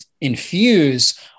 infuse